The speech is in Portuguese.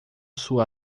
sua